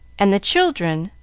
and the children,